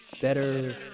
better